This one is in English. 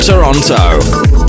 Toronto